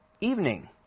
evening